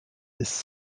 this